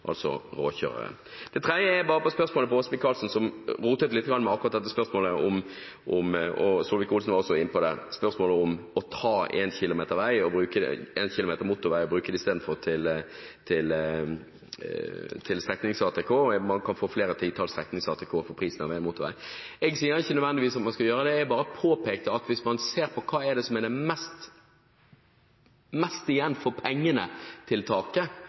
altså råkjørere? Det tredje gjelder et spørsmål Åse Michaelsen rotet litt med, og Solvik-Olsen var også inne på det, dvs. spørsmålet om å ta 1 km motorvei og istedenfor bruke det til streknings-ATK. Man kan få flere titalls streknings-ATK for prisen av 1 km motorvei. Jeg sier ikke nødvendigvis at man skal gjøre det. Jeg bare påpekte at hvis man ser på hvilket tiltak som gir mest igjen for pengene